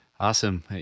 Awesome